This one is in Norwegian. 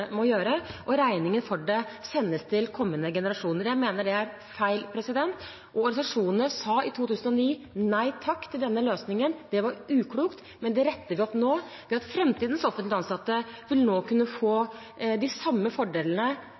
må gjøre – og regningen for det sendes til kommende generasjoner. Jeg mener det er feil. Organisasjonene sa i 2009 nei takk til denne løsningen. Det var uklokt, men det retter vi opp nå ved at framtidens offentlig ansatte nå vil kunne få de samme fordelene